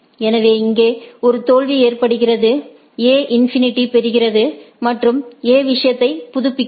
எனவே இங்கே ஒரு தோல்வி ஏற்படுகிறது A இன்ஃபினிடியை பெறுகிறது மற்றும் A விஷயத்தை புதுப்பிக்கிறது